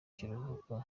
kiruhuko